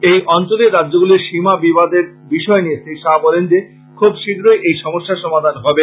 এই অঞ্চলের রাজ্যগুলির সীমা বিবাদের বিষয়নিয়ে শ্রীশাহ বলে যে খুব শীঘ্র এই সমস্যার সমাধান হবে